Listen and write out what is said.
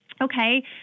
Okay